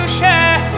share